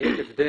יש הבדל,